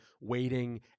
waiting